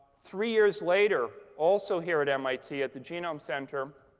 three years later, also here at mit, at the genome center,